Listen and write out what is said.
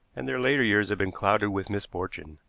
and their later years had been clouded with misfortune.